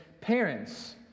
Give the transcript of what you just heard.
parents